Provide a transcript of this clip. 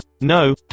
no